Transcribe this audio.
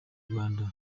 rwanda